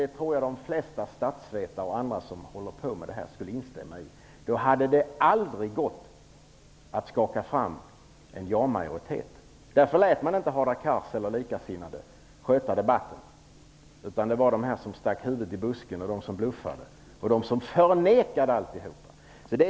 Det tror jag att de flesta statsvetare och andra som håller på med detta skulle instämma i. Därför lät man inte Hadar Cars eller likasinnade sköta debatten. Det var de som stack huvudet i busken, de som bluffade och förnekade allt som fick göra det.